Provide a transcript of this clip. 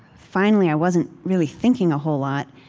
finally, i wasn't really thinking a whole lot,